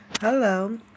Hello